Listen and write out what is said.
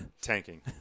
tanking